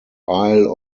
isle